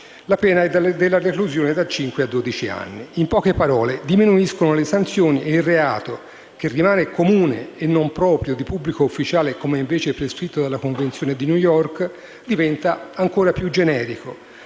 la pena è della reclusione da cinque a dodici anni». In poche parole, diminuiscono le sanzioni, e il reato, che rimane comune e non proprio di pubblico ufficiale, come è invece prescritto dalla Convenzione di New York, diventa ancora più generico.